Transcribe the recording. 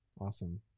Awesome